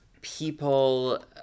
people